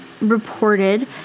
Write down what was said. reported